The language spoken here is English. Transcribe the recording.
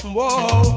Whoa